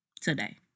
today